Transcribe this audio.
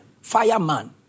fireman